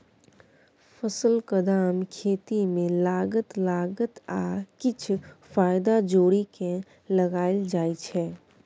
फसलक दाम खेती मे लागल लागत आ किछ फाएदा जोरि केँ लगाएल जाइ छै